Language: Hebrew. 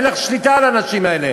אין לך שליטה על האנשים האלה.